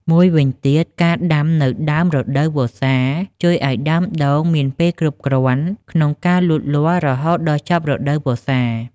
មួយវិញទៀត ការដាំនៅដើមរដូវវស្សាជួយឲ្យដើមដូងមានពេលគ្រប់គ្រាន់ក្នុងការលូតលាស់រហូតដល់ចប់រដូវវស្សា។